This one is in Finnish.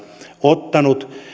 ottanut